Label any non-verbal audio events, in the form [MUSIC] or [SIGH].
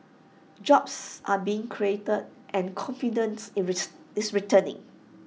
jobs are being created and confidence is [UNINTELLIGIBLE] is returning